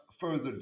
further